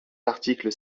l’article